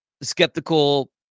skeptical